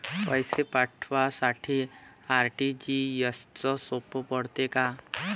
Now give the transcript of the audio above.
पैसे पाठवासाठी आर.टी.जी.एसचं सोप पडते का?